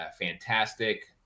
fantastic